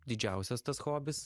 didžiausias tas hobis